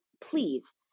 please